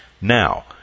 now